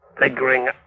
figuring